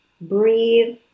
Breathe